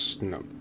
no